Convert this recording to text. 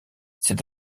c’est